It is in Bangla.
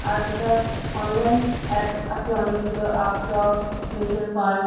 আর যেটা অনলাইন অ্যাপস আছে অনেকগুলো আপস্টক্স মিউচুয়াল ফান্ড